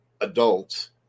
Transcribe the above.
adults